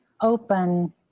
open